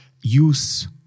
use